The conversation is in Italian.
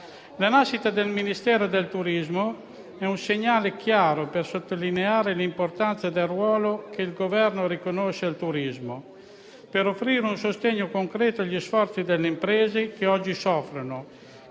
La nascita del Ministero del turismo è un segnale chiaro per sottolineare l'importanza del ruolo che il Governo riconosce al turismo, per offrire un sostegno concreto agli sforzi delle imprese che oggi soffrono